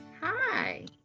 Hi